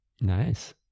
Nice